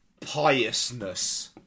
piousness